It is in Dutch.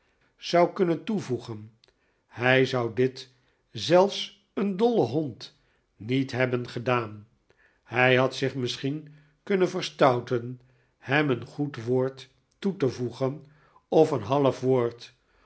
zou kunnen toevoegen hij zou dit zelfs een dollen hond niet hebben gedaan hij had zich misschien kunnen verstouten hem een goed woord toe te voegen of een half woord